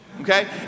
Okay